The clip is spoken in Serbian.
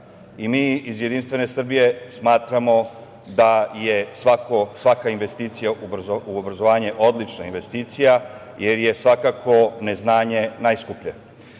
iz Jedinstvene Srbije smatramo da je svaka investicija u obrazovanje odlična investicija, jer je svakako neznanje najskuplje. Juče